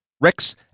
Rex